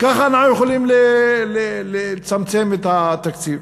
ככה אנחנו יכולים לצמצם את התקציב.